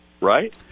right